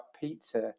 pizza